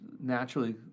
naturally